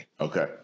Okay